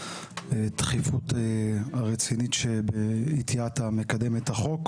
הדחיפות הרצינית שבעטיה אתה מקדם את החוק.